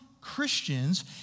Christians